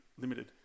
limited